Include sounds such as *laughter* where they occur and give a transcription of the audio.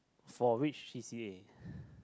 for which c_c_a *breath*